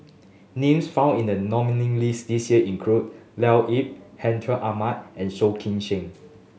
names found in the nominee list this year include Leo Yip Hartinah Ahmad and Soh Kay Siang